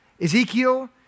Ezekiel